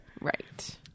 Right